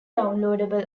downloadable